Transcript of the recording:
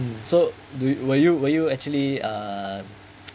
mm so do you were you were you actually uh